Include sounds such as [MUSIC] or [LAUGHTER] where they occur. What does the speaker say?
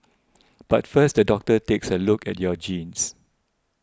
[NOISE] but first the doctor takes a look at your genes